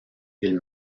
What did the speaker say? ville